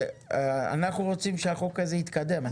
אנחנו רוצים שהחוק הזה יתקדם.